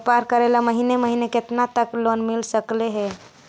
व्यापार करेल महिने महिने केतना तक लोन मिल सकले हे?